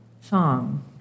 song